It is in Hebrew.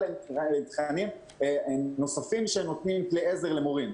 אבל הם תכנים נוספים שנותנים כלי עזר למורים.